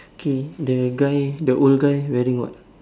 K the guy the old guy wearing what